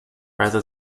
rather